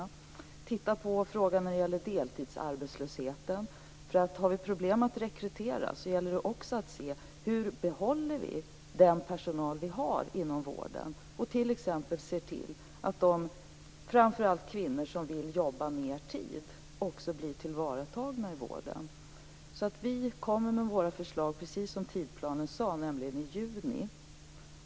Man skall titta på frågan om deltidsarbetslösheten. Om man har problem att rekrytera gäller det ju också att ta reda på hur man behåller den personal som man har inom vården och att man ser till att de som vill jobba mer tid, framför allt kvinnor, också blir tillvaratagna i vården. Vi kommer med våra förslag precis enligt tidsplanen, nämligen i juni.